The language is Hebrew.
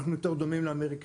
אם אנחנו יותר דומים לאמריקאים,